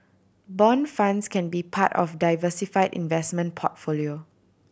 bond funds can be part of diversify investment portfolio